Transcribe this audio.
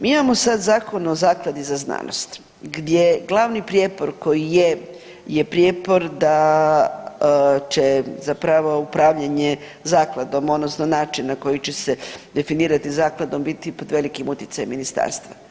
Mi imamo sad Zakon o zakladi za znanost gdje glavni prijepor koji je je prijepor da će zapravo upravljanje zakladom odnosno način na koji će se definirati zakladom biti pod velikim utjecajem ministarstva.